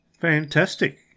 Fantastic